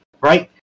Right